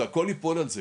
זה הכל ייפול על זה.